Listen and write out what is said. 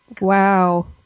Wow